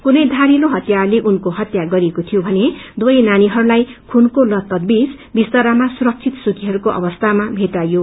कुनै थारिलो हतियारले उनको हत्या गरिएको थियो भने दुवै नानीहरू खूनको लतपय बीच विस्तरामा सुरक्षित सुतिरहेको अवस्थामा मेट्टाइयो